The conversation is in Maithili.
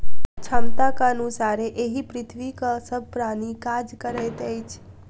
क्षमताक अनुसारे एहि पृथ्वीक सभ प्राणी काज करैत अछि